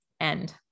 end